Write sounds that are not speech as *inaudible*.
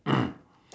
*coughs*